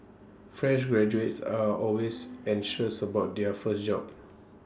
fresh graduates are always anxious about their first job